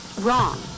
wrong